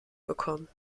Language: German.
bekommen